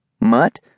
Mutt